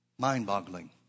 Mind-boggling